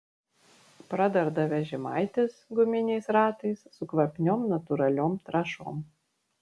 pradarda vežimaitis guminiais ratais su kvapniom natūraliom trąšom